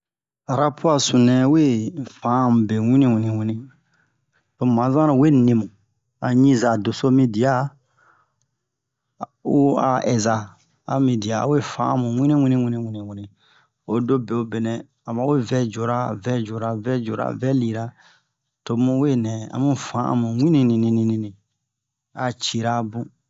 Rapu a sunu nɛ we fan'a mu be wini wini wini to mu ma zan oro o we nimu a ɲiza doso mi dia u a ɛza a mi dia a we fan 'a mu wini wini wini wini oyi do bewobe a wu we vɛjora vɛjora vɛjora vɛ lira to mu we nɛ a mu fan'a mu wini nini ni a cira bun